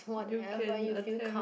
you can attempt